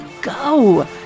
go